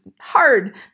hard